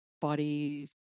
body